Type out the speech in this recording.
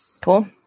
Cool